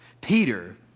Peter